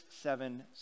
seven